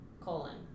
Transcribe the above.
colon